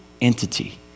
entity